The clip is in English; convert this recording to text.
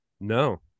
No